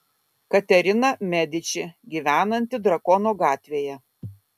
katerina mediči gyvenanti drakono gatvėje